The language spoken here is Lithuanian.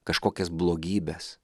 kažkokias blogybes